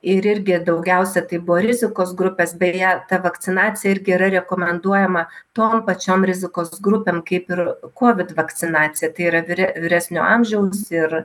ir irgi daugiausia tai buvo rizikos grupės beje ta vakcinacija irgi yra rekomenduojama tom pačiom rizikos grupėm kaip ir kovid vakcinacija tai yra vyre vyresnio amžiaus ir